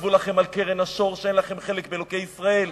כתבו לכם על קרן השור שאין לכם חלק באלוקי ישראל,